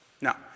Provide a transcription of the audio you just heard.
Now